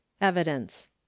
Evidence